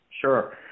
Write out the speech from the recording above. Sure